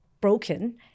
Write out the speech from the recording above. broken